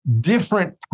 different